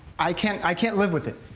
i can't. i can't live with it.